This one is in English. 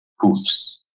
poofs